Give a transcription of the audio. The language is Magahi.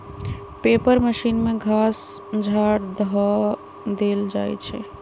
पेपर मशीन में घास झाड़ ध देल जाइ छइ